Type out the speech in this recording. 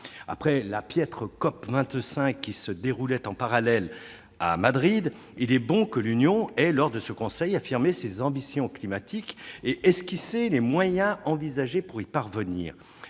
Après la piètre COP25 qui se déroulait en parallèle à Madrid, il est bon que l'Union ait, lors de ce Conseil européen, affirmé ses ambitions climatiques et esquissé les moyens envisagés pour leur